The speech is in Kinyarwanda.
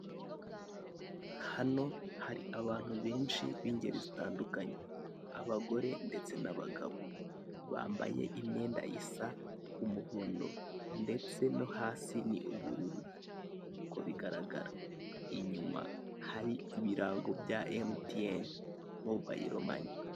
Hano hari abantu benshi b'ingeri zitandukanye abagore ndetse n'abagabo bambaye imyenda isa umuhondo, ndetse no hasi ni ubururu nk'uko bigaragra inyuma hari ibirango bya emutiyene mobayiro mane.